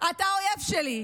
אתה אויב שלי,